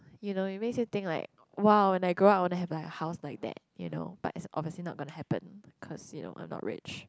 you know it makes you think like !wow! when I grow up I want to have a house like that you know but it's obviously not gonna happen cause you know I am not rich